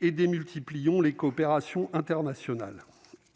et des multiplions les coopérations internationales